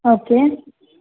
okay